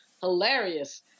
hilarious